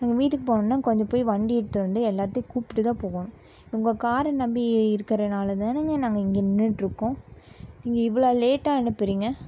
அவங்க வீட்டுக்கு போகணுன்ன கொஞ்சம் போய் வண்டி எடுத்து வந்து எல்லாத்தையும் கூப்பிட்டு தான் போகணும் உங்கள் காரை நம்பி இருக்கிறதுனால தானேங்க நாங்கள் இங்கே நின்னுட்டிருக்கோம் நீங்கள் இவ்வளோ லேட்டாக அனுப்புறீங்க